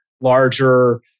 larger